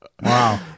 wow